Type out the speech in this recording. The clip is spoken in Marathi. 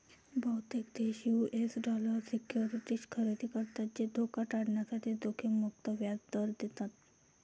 बहुतेक देश यू.एस डॉलर सिक्युरिटीज खरेदी करतात जे धोका टाळण्यासाठी जोखीम मुक्त व्याज दर देतात